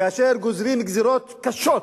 כאשר גוזרים גזירות קשות,